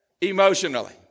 emotionally